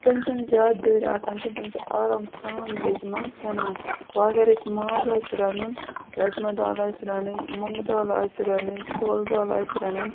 تِم چھِنہٕ زیادٕ دٔرۍ آسان کیٚںٛہہ تِم چھِ آرام سان لیٚجہِ منٛز سٮ۪نان وۄنۍ اگر اَسہِ ماز آسہِ رَنُن رَزما دال آسہِ رَنٕنۍ مۄنٛگہٕ دال آسہِ رَنٕنۍ چھولہٕ دال آسہِ رَنٕنۍ